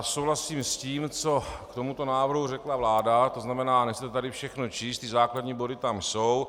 Souhlasím s tím, co k tomuto návrhu řekla vláda, to znamená, nechci to tady všechno číst, základní body tam jsou.